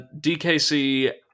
DKC